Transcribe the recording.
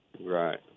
Right